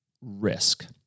risk